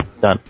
done